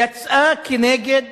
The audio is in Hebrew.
יצאה כנגד